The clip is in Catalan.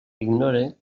ignore